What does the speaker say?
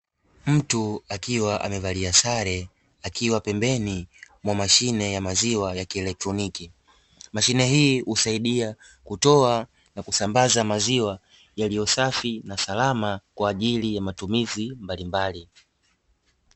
Mtu akiwa amevalia sare akiwa pembeni mwa mashine ya maziwa ya kieletroniki mashine, hii husaidia kutoa na kusambaza maziwa yaliyosafi na salama kwaajili ya matumizi mbalimbali.